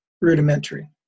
rudimentary